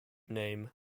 name